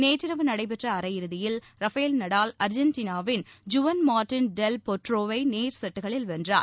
நேற்றிரவு நடைபெற்ற அரையிறுதியில் ரபேல் நடால் அர்ஜென்டனாவின் ஜூவன் மா்டின் டெல் பொட்ரோவை நேர் செட்களில் வென்றார்